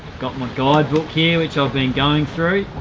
got my guide book here which i've been going through.